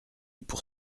pour